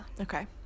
Okay